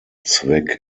zweck